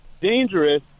dangerous